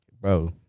Bro